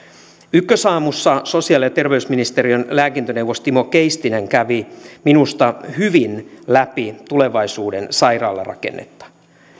ykkösaamussa sosiaali ja terveysministeriön lääkintöneuvos timo keistinen kävi minusta hyvin läpi tulevaisuuden sairaalarakennetta